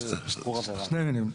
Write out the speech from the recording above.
שתי מילים.